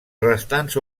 restants